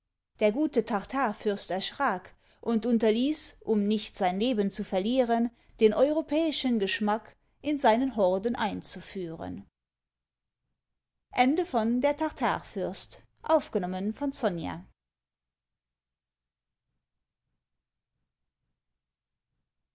der gute tartarfürst erschrak und unterließ um nicht sein leben zu verlieren den europäischen geschmack in seinen horden einzuführen